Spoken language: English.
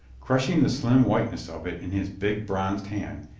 crush ing the slim whiteness of it in his big bronzed hand,